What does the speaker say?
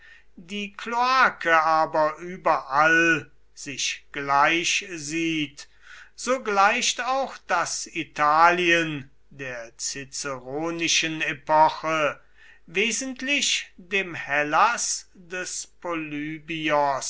die kloake aber überall sich gleich sieht so gleicht auch das italien der ciceronischen epoche wesentlich dem hellas des polybios